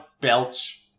belch